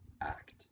act